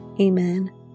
Amen